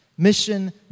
Mission